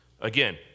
Again